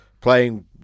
playing